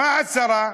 מה הצרה?